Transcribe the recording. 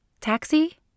Taxi